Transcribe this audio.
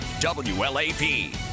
wlap